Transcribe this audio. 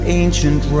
ancient